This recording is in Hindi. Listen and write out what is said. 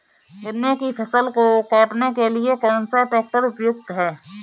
गन्ने की फसल को काटने के लिए कौन सा ट्रैक्टर उपयुक्त है?